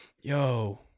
yo